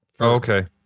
Okay